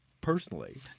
personally